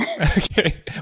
Okay